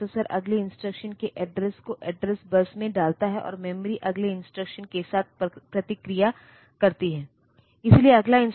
तो हमें यह उच्च क्रम एड्रेस बस A8 से A15 में पिन 21 से 28 तक मिल गया है